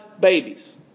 babies